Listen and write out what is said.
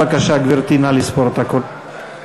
בבקשה, גברתי, נא לספור את הקולות.